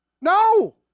No